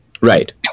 Right